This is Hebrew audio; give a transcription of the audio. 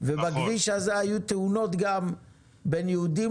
ובכביש הזה היו תאונות גם בין יהודים